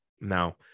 Now